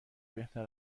بهتر